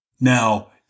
Now